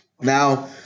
Now